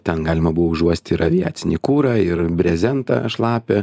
ten galima buvo užuosti ir aviacinį kurą ir brezentą šlapią